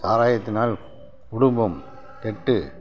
சாராயத்தினால் குடும்பம் கெட்டு